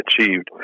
achieved